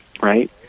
right